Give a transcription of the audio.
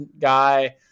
guy